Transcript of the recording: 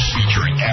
Featuring